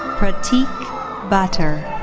pratik bhatter.